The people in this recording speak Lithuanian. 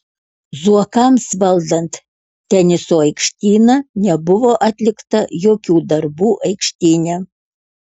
zuokams valdant teniso aikštyną nebuvo atlikta jokių darbų aikštyne